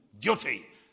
guilty